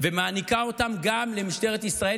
ומעניקה אותן גם למשטרת ישראל,